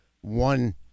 one